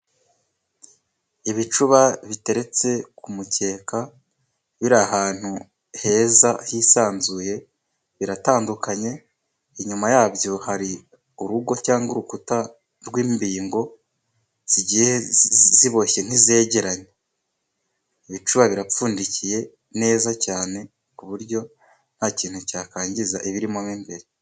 Ibicuba biteretse ku mukeka, biri ahantu heza hisanzuye. Biratandukanye inyuma yabyo hari urugo cyangwa urukuta rw'imbingo zigiye ziboshye nk'izegeranye. Ibicuba birapfundikiye neza cyane, ku buryo nta kintu cyakangiza ibirimo n'imbere.